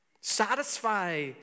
Satisfy